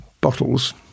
bottles